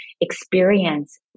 experience